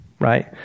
Right